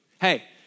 Hey